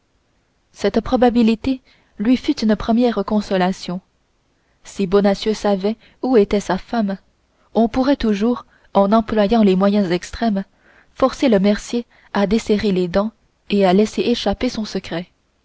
cette probabilité lui fut une première consolation si bonacieux savait où était sa femme on pourrait toujours en employant des moyens extrêmes forcer le mercier à desserrer les dents et à laisser échapper son secret